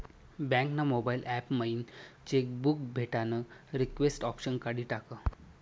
bank ना mobile app मयीन cheque book भेटानं रिक्वेस्ट ऑप्शन काढी टाकं